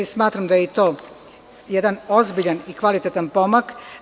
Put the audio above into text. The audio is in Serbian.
Smatram da je i to jedan ozbiljan i kvalitetan pomak.